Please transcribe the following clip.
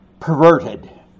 perverted